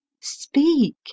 Speak